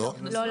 לא.